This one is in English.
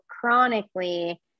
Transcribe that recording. chronically